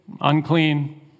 unclean